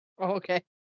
Okay